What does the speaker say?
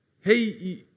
hey